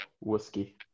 whiskey